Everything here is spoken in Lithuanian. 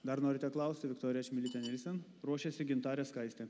dar norite klausti viktorija čmilytė nilsen ruošiasi gintarė skaistė